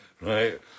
right